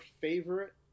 favorite